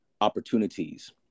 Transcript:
opportunities